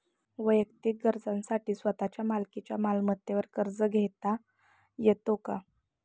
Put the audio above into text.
वैयक्तिक गरजांसाठी स्वतःच्या मालकीच्या मालमत्तेवर कर्ज घेता येतो का?